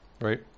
Right